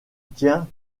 tient